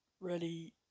ready